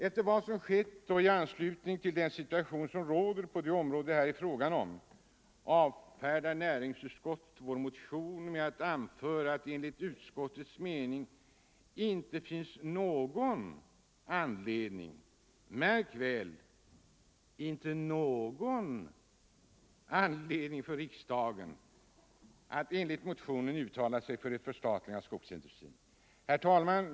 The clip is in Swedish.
Efter vad som skett och i anslutning till den situation som råder på de områden det här är fråga om avfärdar näringsutskottet vår motion med att anföra att det enligt utskottets mening inte finns någon anledning — märk väl: inte någon — anledning för riksdagen att enligt motionen uttala sig för ett förstatligande av skogsindustrin. Herr talman!